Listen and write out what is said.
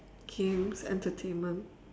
games entertainment